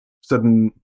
sudden